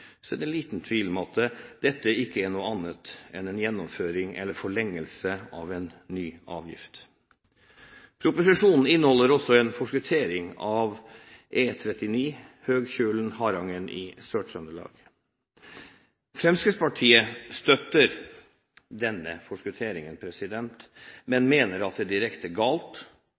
Så skal vi ta departementets uttalelser på alvor, er det liten tvil om at dette ikke er noe annet enn en gjennomføring eller forlengelse av en ny avgift. Proposisjonen inneholder også en forskuttering av E39 Høgkjølen–Harangen i Sør-Trøndelag. Fremskrittspartiet støtter denne forskutteringen, men mener at det er direkte galt